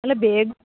ಅಲ್ಲ ಬೇಗ